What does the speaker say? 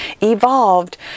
evolved